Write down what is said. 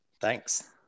Thanks